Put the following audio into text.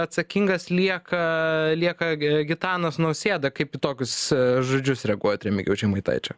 atsakingas lieka lieka gi gitanas nausėda kaip į tokius žodžius reaguojat remigijaus žemaitaičio